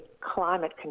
climate